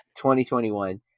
2021